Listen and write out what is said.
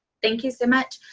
thank you so much.